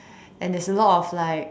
and there is a lot of like